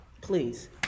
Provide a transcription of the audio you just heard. please